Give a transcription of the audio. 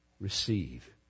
receive